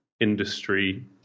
industry